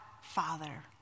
Father